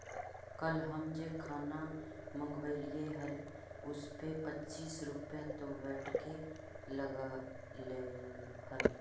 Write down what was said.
कल हम जे खाना मँगवइली हल उसपे पच्चीस रुपए तो वैट के लगलइ हल